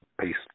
Peace